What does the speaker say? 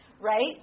right